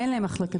אין את הדבר הזה.